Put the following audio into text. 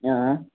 آ